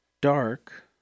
dark